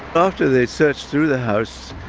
after they searched through the house,